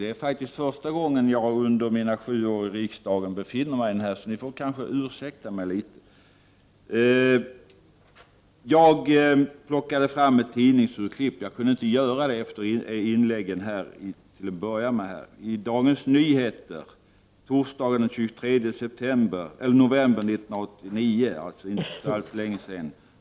Det är faktiskt första gången under mina sju år i riksdagen som jag befinner mig i den här situationen, så ni får ursäkta mig litet. Jag har plockat fram ett tidningsurklipp som jag vill kommentera. Jag kunde inte göra det efter de tidigare inläggen, men jag skall säga något om urklippet nu. Urklippet kommer från Dagens Nyheter torsdagen den 23 november 1989, det är alltså inte alls särskilt gammalt.